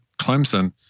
Clemson